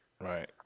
Right